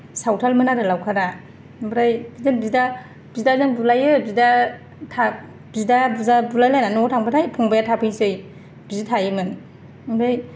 सावथालमोन आरो लावखारा ओमफ्राय बिदिनो बिदा बिदाजों बुलायो बिदा बिदा बुजा बुलायलायनानै न'आव थांबाथाय फंबाया थाफैनोसै बिदि थायोमोन ओमफ्राय